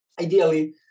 Ideally